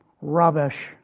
rubbish